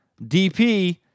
DP